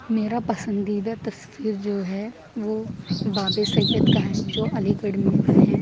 میرا پسندیدہ تصویر جو ہے وہ باب سید کا ہے جو علی گڑھ میں ہیں